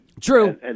True